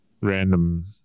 random